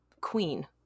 queen